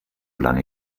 lange